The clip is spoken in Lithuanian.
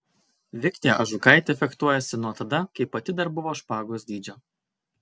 viktė ažukaitė fechtuojasi nuo tada kai pati dar buvo špagos dydžio